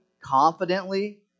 confidently